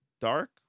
Dark